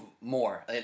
more